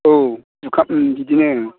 औ बिदिनो